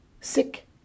sick